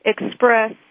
express